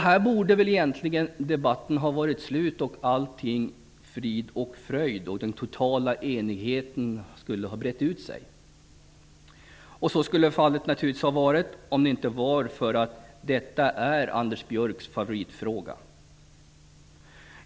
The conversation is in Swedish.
Här borde väl debatten egentligen ha varit slut och allting varit frid och fröjd, och den totala enigheten skulle ha brett ut sig. Så skulle fallet naturligtvis ha varit om inte detta varit Anders Björcks favoritfråga.